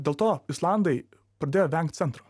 dėl to islandai pradėjo vengt centro